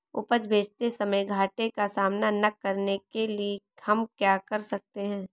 उपज बेचते समय घाटे का सामना न करने के लिए हम क्या कर सकते हैं?